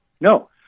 No